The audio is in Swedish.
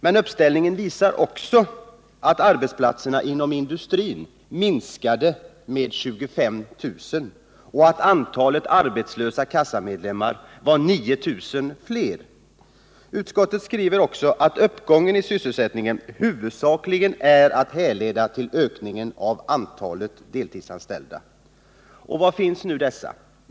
Men uppställningen visar också att arbetsplatserna inom industrin minskade med 25 000 och att antalet arbetslösa kassamedlemmar var 9 000 fler. Utskottet skriver också att uppgången i sysselsättningen huvudsakligen är att hänföra till ökningen av antalet deltidsanställda. Och var finns nu dessa?